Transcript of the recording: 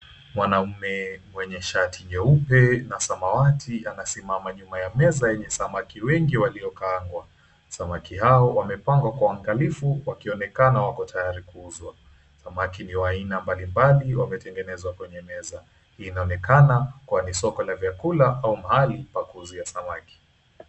Mwanaume mwenye shati nyeupe na samawati anasimama nyuma ya meza yenye samaki wengi waliokaangwa. Samaki hao wamepangwa kwa uangalifu wakionekana wako tayari kuuzwa. Samaki ni wa aina mbalimbali wametengenezwa kwenye meza. Hii inaonekana kuwa ni soko la vyakula au mahali pa kuuzia samaki.